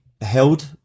held